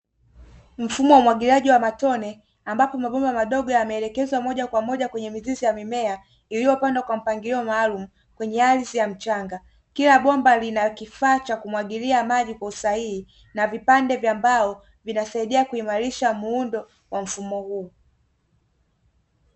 Mfumo wa umwagiliaji wa matone ambapo mabomba madogo yameelekezwa moja kwa moja kwenye mizizi ya mimea iliyopandwa kwa mpangilio maalumu kwenye ardhi ya mchanga; kila bomba lina kifaa cha kumwagilia maji kwa usahihi na vipande vya mbao vinasaidia kuimarisha muundo wa mfumo huu.